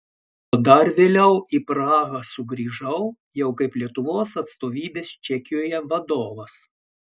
o dar vėliau į prahą sugrįžau jau kaip lietuvos atstovybės čekijoje vadovas